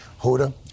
Hoda